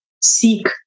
seek